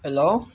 hello